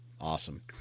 Awesome